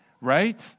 right